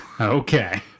Okay